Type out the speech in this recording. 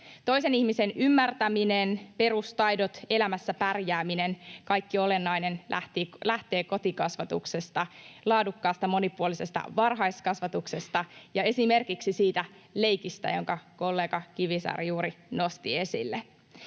Toisen ihmisen ymmärtäminen, perustaidot, elämässä pärjääminen, kaikki olennainen lähtee kotikasvatuksesta, laadukkaasta, monipuolisesta varhaiskasvatuksesta ja esimerkiksi siitä leikistä, jonka kollega Kivisaari juuri nosti esille.